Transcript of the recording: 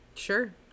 Sure